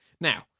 Now